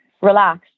relax